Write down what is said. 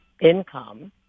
income